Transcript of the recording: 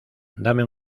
dame